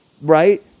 right